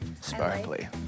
Sparkly